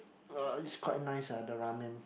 uh it's quite nice ah the ramen